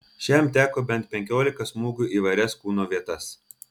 šiam teko bent penkiolika smūgių į įvairias kūno vietas